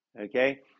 Okay